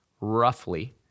Roughly